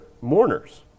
mourners